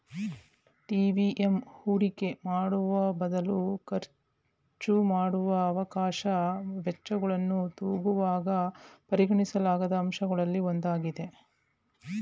TVM ಹೂಡಿಕೆ ಮಾಡುವಬದಲು ಖರ್ಚುಮಾಡುವ ಅವಕಾಶ ವೆಚ್ಚಗಳನ್ನು ತೂಗುವಾಗ ಪರಿಗಣಿಸಲಾದ ಅಂಶಗಳಲ್ಲಿ ಒಂದಾಗಿದೆ